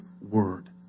word